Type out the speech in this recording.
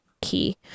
key